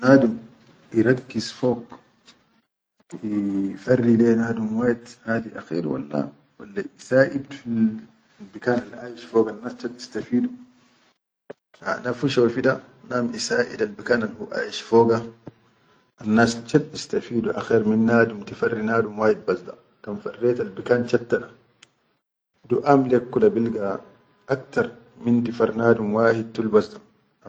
Nadum irakkiz fog ifarrih le nadum wahid hadi akher walla, walla isaʼid fil bikan alhu aʼish foga annas chat istafidu, ana fi shofi da nadum isaʼidal bikin al hu aʼish foga annas chat istafidu akher min nadum tifarrih nadum wahid tul bas da, kan farretal bikan chatta da duʼam lek kula bilga aktar min tifar nadum wahid tul basda.